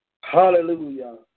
Hallelujah